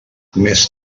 més